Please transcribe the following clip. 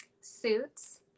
Suits